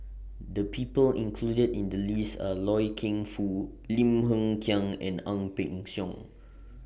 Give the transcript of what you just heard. The People included in The list Are Loy Keng Foo Lim Hng Kiang and Ang Peng Siong